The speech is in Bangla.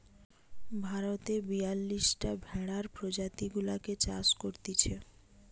ভারতে বিয়াল্লিশটা ভেড়ার প্রজাতি গুলাকে চাষ করতিছে